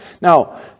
Now